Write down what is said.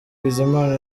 bizimana